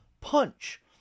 punch